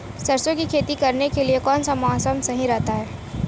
सरसों की खेती करने के लिए कौनसा मौसम सही रहता है?